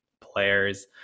players